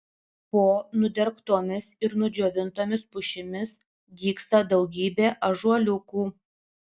po nudergtomis ir nudžiovintomis pušimis dygsta daugybė ąžuoliukų